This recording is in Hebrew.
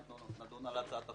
אנחנו נדון על הצעת החוק.